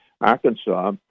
Arkansas